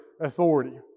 authority